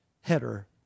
header